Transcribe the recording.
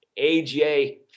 aj